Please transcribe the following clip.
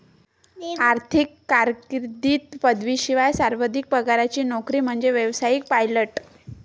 आर्थिक कारकीर्दीत पदवीशिवाय सर्वाधिक पगाराची नोकरी म्हणजे व्यावसायिक पायलट